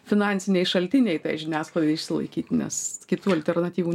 finansiniai šaltiniai tai žiniasklaidai išsilaikyti nes kitų alternatyvų